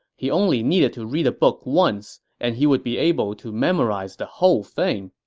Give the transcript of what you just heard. he only needed to read a book once, and he would be able to memorize the whole thing.